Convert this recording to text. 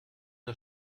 der